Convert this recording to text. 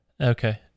Okay